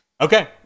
Okay